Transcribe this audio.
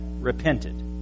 repented